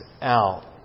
out